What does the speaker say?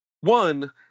one